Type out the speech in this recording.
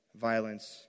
violence